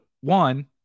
one